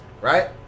right